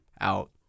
out